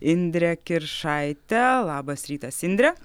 indre kiršaite labas rytas indre